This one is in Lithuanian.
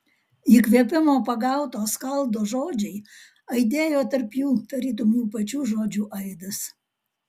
įkvėpimo pagauto skaldo žodžiai aidėjo tarp jų tarytum jų pačių žodžių aidas